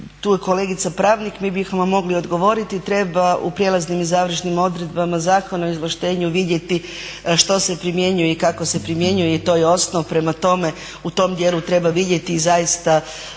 tu je kolegica pravnik, mi bi vam mogli odgovoriti, treba u prijelaznim i završnim odredbama Zakona o izvlaštenju vidjeti što se primjenjuje i kako se primjenjuje i to je osnov. Prema tome u tom dijelu treba vidjeti, zaista